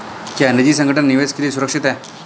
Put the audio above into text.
क्या निजी संगठन निवेश के लिए सुरक्षित हैं?